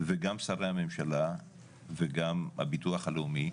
וגם שרי הממשלה וגם הביטוח הלאומי.